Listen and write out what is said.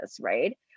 right